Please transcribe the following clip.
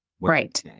Right